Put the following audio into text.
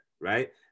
right